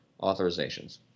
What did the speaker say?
authorizations